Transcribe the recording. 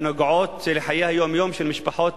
הקשורות לחיי היום-יום של משפחות,